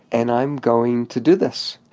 and i am going to do this.